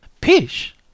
Peach